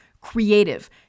creative